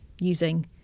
using